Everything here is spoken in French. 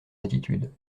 attitude